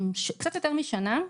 קצת יותר משנה.